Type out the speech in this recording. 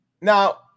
Now